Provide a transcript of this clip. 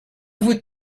vous